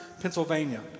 Pennsylvania